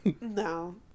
No